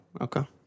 Okay